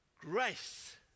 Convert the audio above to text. grace